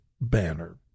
banner